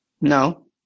No